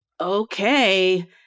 Okay